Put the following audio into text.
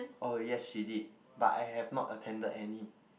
oh yes she did but I have not attended any